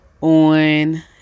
on